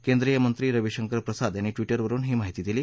केंद्रीय मंत्री रविशंकर प्रसाद यांनी ट्विटरवरून ही माहिती दिली